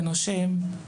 ונושם.